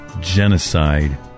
Genocide